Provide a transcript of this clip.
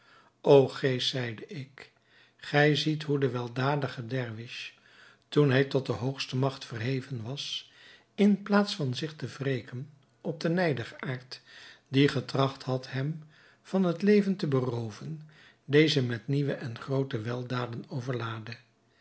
o geest zeide ik gij ziet hoe de weldadige dervis toen hij tot de hoogste magt verheven was in plaats van zich te wreken op den nijdigaard die getracht had hem van het leven te berooven dezen met nieuwe en groote weldaden overlaadde